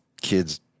kids